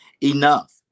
Enough